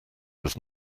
was